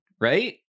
right